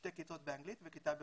שתי כיתות באנגלית וכיתה ברוסית.